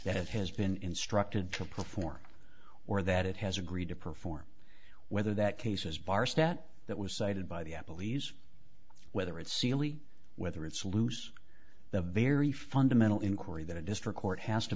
that it has been instructed to perform or that it has agreed to perform whether that cases bar stat that was cited by the apple e's whether it's sealy whether it's loose the very fundamental inquiry that a district court has to